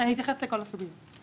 אני אתייחס לכל הסוגיות.